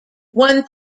one